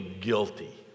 guilty